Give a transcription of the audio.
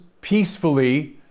peacefully